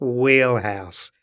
wheelhouse